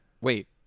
Wait